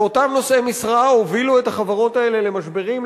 שאותם נושאי משרה הובילו את החברות האלה למשברים,